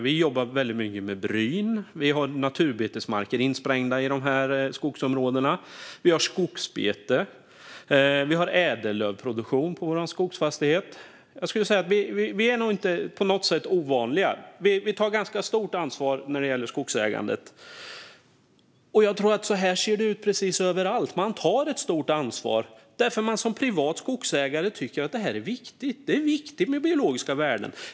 Vi jobbar väldigt mycket med bryn. Vi har naturbetesmarker insprängda i skogsområdena. Vi har skogsbete. Vi har ädellövsproduktion på vår skogsfastighet. Jag skulle nog säga att vi inte är på något sätt ovanliga, och vi tar ett ganska stort ansvar när det gäller skogsägandet. Jag tror att det ser ut så här precis överallt. Man tar ett stort ansvar, för man tycker som privat skogsägare att det här är viktigt. Det är viktigt med biologiska värden.